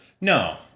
No